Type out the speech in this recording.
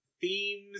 themes